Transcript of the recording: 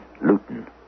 Luton